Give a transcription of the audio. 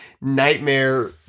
nightmare